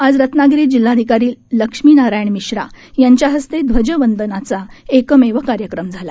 आज रत्नागिरीत जिल्हाधिकारी लक्ष्मीनारायण मिश्रा यांच्या हस्ते ध्वजवंदनाचा एकमेव कार्यक्रम झाला